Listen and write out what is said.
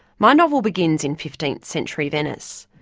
my novel begins in fifteenth-century venice.